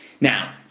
Now